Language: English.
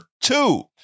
two